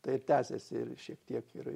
tai tęsėsi ir šiek tiek ir